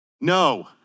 No